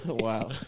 Wow